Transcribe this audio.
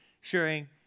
sharing